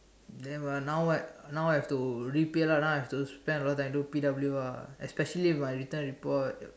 then what now what now have to repay lah now I have to spend a lot of time do P_W lah especially with my written report